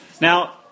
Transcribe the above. Now